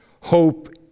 hope